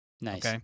Nice